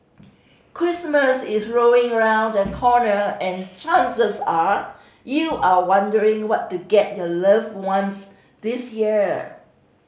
Christmas is rolling around the corner and chances are you are wondering what to get your loved ones this year